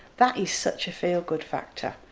that is such a feel-good factor,